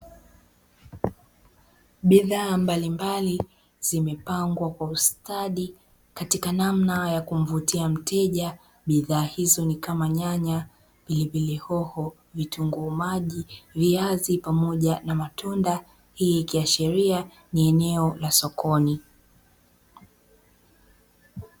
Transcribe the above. Bidhaa mbalimbali zimepangwa kwa ustadi katika namna ya kumvutia mteja. Bidhahaa hizo ni kama nyanya, pilipili hoho, vitunguu maji pamoja na matunda hii kiashiria ni eneo la sokoni.